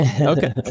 Okay